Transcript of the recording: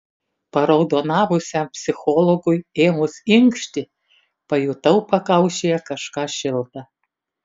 paraudonavusiam psichologui ėmus inkšti pajutau pakaušyje kažką šilta